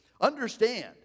understand